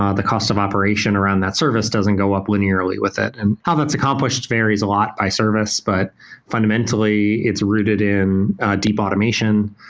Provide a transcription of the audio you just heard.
ah the cost of operation around that service doesn't go up linearly with it. and how that's accomplished varies a lot by service, but fundamentally it's rooted in deep automation,